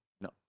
No